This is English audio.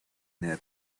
near